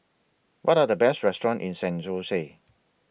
What Are The Best restaurants in San Jose